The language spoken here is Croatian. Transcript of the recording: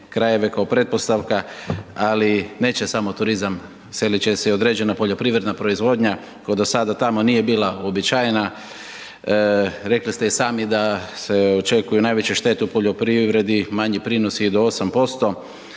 krajeve kao pretpostavka, ali neće samo turizam, selit će se i određena poljoprivredna proizvodnja koja do sada tamo nije bila uobičajena. Rekli ste i sami da se očekuju najveće štete u poljoprivredi, manji prinosi i do 8%.